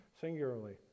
singularly